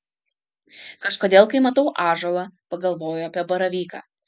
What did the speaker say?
kažkodėl kai matau ąžuolą pagalvoju apie baravyką